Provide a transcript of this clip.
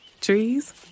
Trees